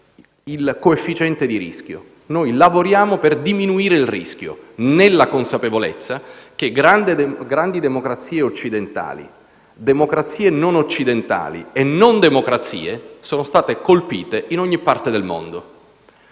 il coefficiente di rischio. Noi lavoriamo per diminuire il rischio, nella consapevolezza che grandi democrazie occidentali, democrazie non occidentali e non democrazie, sono state colpite in ogni parte del mondo.